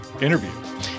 interview